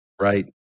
right